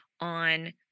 on